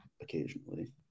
occasionally